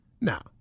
Now